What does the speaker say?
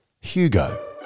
Hugo